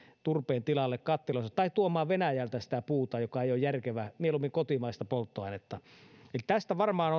turpeen tilalla kattiloissa tai tuomaan venäjältä puuta mikä ei ole järkevää mieluummin kotimaista polttoainetta tästä varmaan